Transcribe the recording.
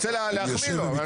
אני רוצה להחמיא לו.